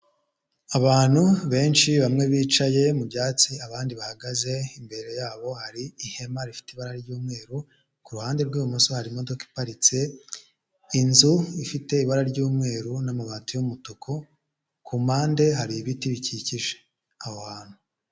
Abantu benshi bamwe bicaye mu byatsi abandi bahagaze, imbere yabo hari ihema rifite ibara ry'umweru, ku ruhande rw'ibumoso hari imodoka iparitse, inzu ifite ibara ry'umweru n'amabati y'umutuku ku mpande hari ibiti bikikije aho hantu.